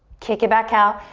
kick it back out.